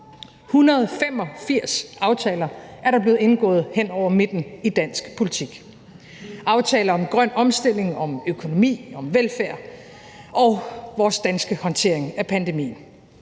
185 aftaler er der blevet indgået hen over midten i dansk politik. Det er aftaler om grøn omstilling, økonomi, velfærd og vores danske håndtering af pandemien.